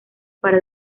para